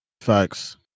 Facts